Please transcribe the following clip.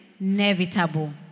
inevitable